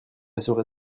serait